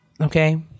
Okay